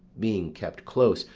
being kept close,